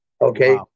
okay